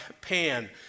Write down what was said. Pan